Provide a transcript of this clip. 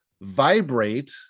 vibrate